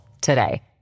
today